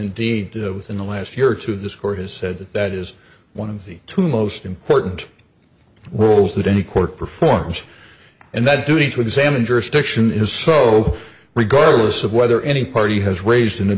indeed within the last year or two this court has said that that is one of the two most important rules that any court performs and that duty to examine jurisdiction is so regardless of whether any party has raised an